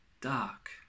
dark